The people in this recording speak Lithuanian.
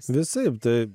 visaip tai